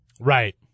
Right